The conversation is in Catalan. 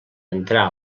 entrar